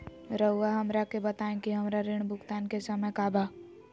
रहुआ हमरा के बताइं कि हमरा ऋण भुगतान के समय का बा?